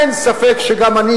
אין ספק שגם אני